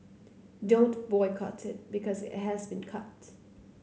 don't boycott it because it has been cut